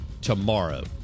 tomorrow